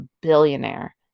billionaire